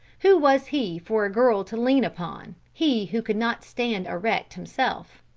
who was he for a girl to lean upon he who could not stand erect himself!